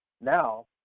Now